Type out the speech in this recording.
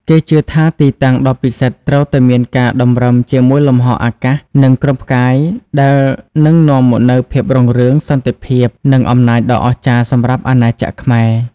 គេជឿថាទីតាំងដ៏ពិសិដ្ឋត្រូវតែមានការតម្រឹមជាមួយលំហអាកាស និងក្រុមផ្កាយដែលនឹងនាំមកនូវភាពរុងរឿង សន្តិភាព និងអំណាចដ៏អស្ចារ្យសម្រាប់អាណាចក្រខ្មែរ។